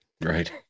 Right